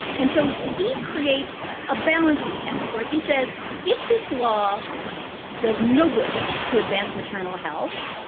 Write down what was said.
and so he creates a balancing test where he says if this law does no good to advance maternal health,